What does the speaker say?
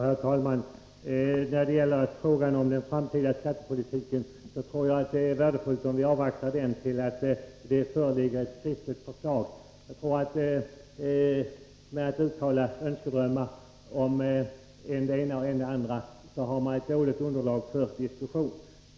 Herr talman! Jag tror att det är värdefullt om vi avvaktar med debatten om den framtida skattepolitiken till dess att det föreligger ett skriftligt förslag. Uttalade önskedrömmar om än det ena än det andra är ett dåligt underlag för en diskussion.